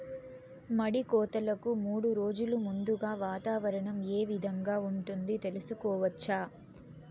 మడి కోతలకు మూడు రోజులు ముందుగా వాతావరణం ఏ విధంగా ఉంటుంది, తెలుసుకోవచ్చా?